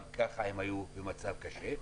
גם ככה הם היו במצב קשה.